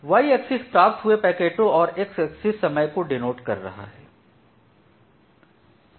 Y axis प्राप्त हुए पैकेटों और X एक्सिस समय को डीनोट कर रहा है